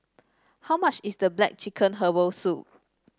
how much is the black chicken Herbal Soup